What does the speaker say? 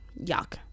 Yuck